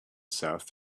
south